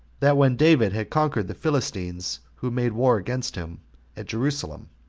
that when david had conquered the philistines who made war against him at jerusalem,